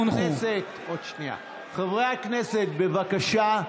חברי הכנסת, בבקשה,